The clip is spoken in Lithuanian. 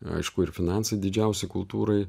aišku ir finansai didžiausi kultūrai